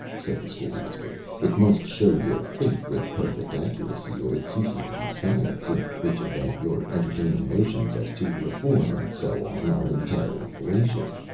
said the school-master, it must show your fate with perfect accuracy, or it ceases to be science, in which event your entertaining notions as to reform and so on are entirely fallacious.